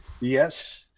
Yes